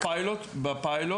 בפיילוט?